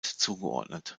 zugeordnet